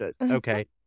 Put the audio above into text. okay